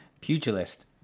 Pugilist